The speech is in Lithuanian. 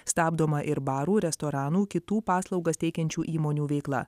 stabdoma ir barų restoranų kitų paslaugas teikiančių įmonių veikla